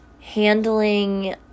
handling